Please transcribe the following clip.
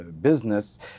business